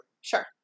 Sure